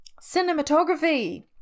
Cinematography